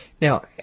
Now